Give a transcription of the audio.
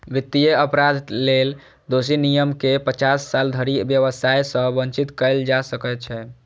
वित्तीय अपराध लेल दोषी निगम कें पचास साल धरि व्यवसाय सं वंचित कैल जा सकै छै